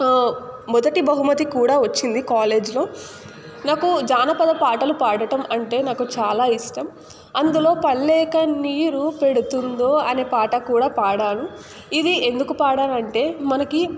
మొదటి బహుమతి కూడా వచ్చింది కాలేజ్లో నాకు జానపద పాటలు పాడటం అంటే నాకు చాలా ఇష్టం అందులో పల్లే కన్నీరు పెడుతుందో అనే పాట కూడా పాడాను ఇది ఎందుకు పాడాను అంటే మనకి